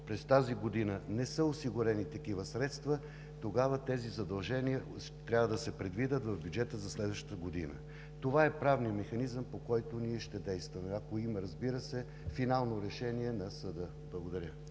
през тази година не са осигурени такива средства, тогава тези задължения трябва да се предвидят в бюджета за следващата година. Това е правният механизъм, по който ние ще действаме, ако има, разбира се, финално решение на съда. Благодаря.